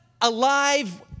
alive